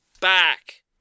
back